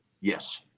Yes